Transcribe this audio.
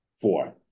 four